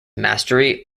mastery